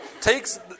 Takes